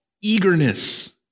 eagerness